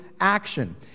action